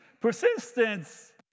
Persistence